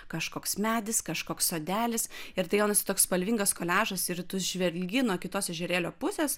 kažkoks medis kažkoks sodelis ir tai gaunasi toks spalvingas koliažas ir tu žvelgi nuo kitos ežerėlio pusės